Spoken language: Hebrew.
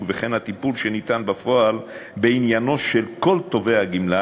וכן בטיפול שניתן בפועל בעניינו של כל תובע גמלה